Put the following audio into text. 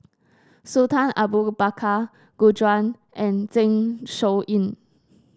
Sultan Abu Bakar Gu Juan and Zeng Shouyin